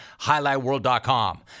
highlightworld.com